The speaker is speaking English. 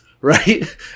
right